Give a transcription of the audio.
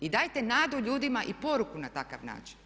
I dajte nadu ljudima i poruku na takav način.